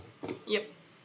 yup